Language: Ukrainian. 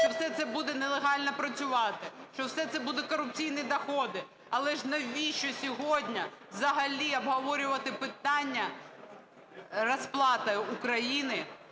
що все це буде нелегально працювати, що все це буде корупційні доходи. Але ж навіщо сьогодні взагалі обговорювати питання розплати України